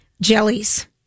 Jellies